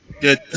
Good